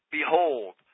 Behold